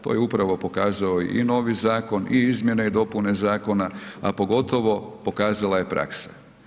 To je upravo pokazao i novi zakon i izmjene i dopune zakona, a pogotovo pokazala je praksa.